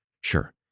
Sure